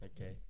Okay